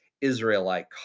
Israelite